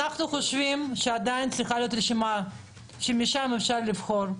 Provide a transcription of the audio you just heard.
אנחנו חושבים שעדיין צריכה להיות רשימה שממנה אפשר לבחור,